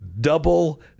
double